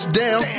down